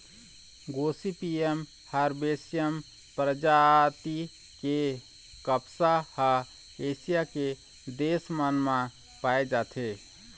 Gossypium herbaceum परजाति के कपसा ह एशिया के देश मन म पाए जाथे